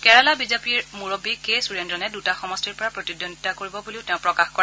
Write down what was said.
কেৰালা বিজেপিৰ মূৰববী কে সুৰেন্দ্ৰণে দুটা সমষ্টিৰ পৰা প্ৰতিদ্বন্দ্বিতা কৰিব বুলিও তেওঁ প্ৰকাশ কৰে